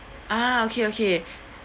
ah okay okay